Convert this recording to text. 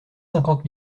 cinquante